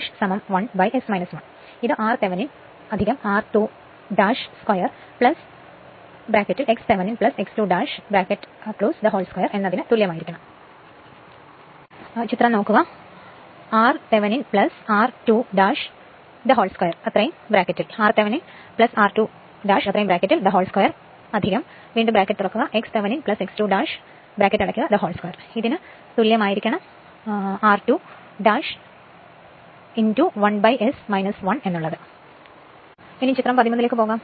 ഇത് r Thevenin r2 2 x Thevenin x 2 2 എന്നതിന് തുല്യമായിരിക്കണം നമുക്കു ചിത്രം 13ലേക്കു പോകാം